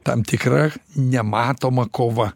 tam tikra nematoma kova